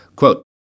Quote